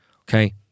Okay